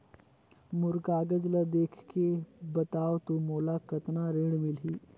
मोर कागज ला देखके बताव तो मोला कतना ऋण मिलही?